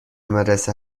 مدرسه